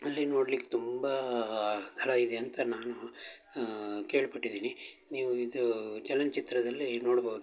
ಅಲ್ಲಿ ನೋಡ್ಲಿಕ್ಕೆ ತುಂಬ ಥರ ಇದೆ ಅಂತ ನಾನು ಕೇಳ್ಪಟ್ಟಿದ್ದೀನಿ ನೀವು ಇದೂ ಚಲನಚಿತ್ರದಲ್ಲಿ ನೋಡ್ಬೋದು